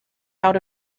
out